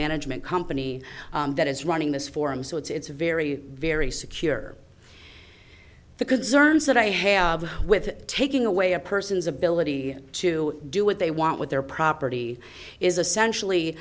management company that is running this forum so it's very very secure the concerns that i have with taking away a person's ability to do what they want with their property is essential